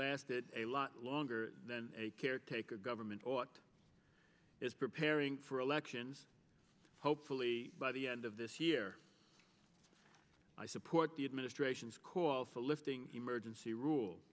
lasted a lot longer than a caretaker government ought is preparing for elections hopefully by the end of this year i support the administration's call to lifting emergency rule